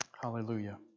Hallelujah